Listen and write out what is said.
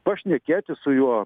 pašnekėti su juo